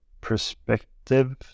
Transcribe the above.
perspective